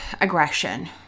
aggression